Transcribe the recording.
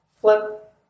Flip